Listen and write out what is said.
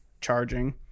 charging